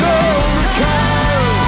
overcome